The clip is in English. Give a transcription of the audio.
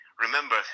remember